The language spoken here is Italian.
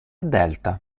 delta